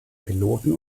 piloten